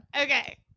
Okay